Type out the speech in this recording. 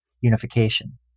unification